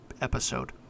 episode